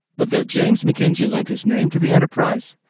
but though james mackenzie lent his name to the enterprise,